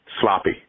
Sloppy